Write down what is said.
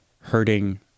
hurting